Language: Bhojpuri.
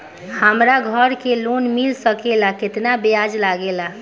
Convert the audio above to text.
हमरा घर के लोन मिल सकेला केतना ब्याज लागेला?